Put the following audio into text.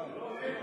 כן.